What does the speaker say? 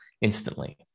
instantly